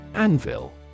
anvil